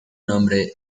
nombre